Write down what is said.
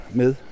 med